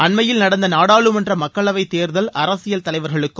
அண்மையில் நடந்த நாடாளுமன்ற மக்களவைத் தேர்தல் அரசியல் தலைவர்களுக்கும்